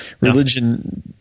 religion